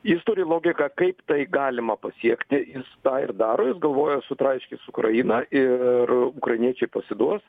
jis turi logiką kaip tai galima pasiekti jis tą ir daro jis galvoja sutraiškys ukrainą ir ukrainiečiai pasiduos